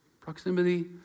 Proximity